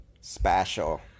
Special